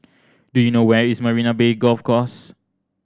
do you know where is Marina Bay Golf Course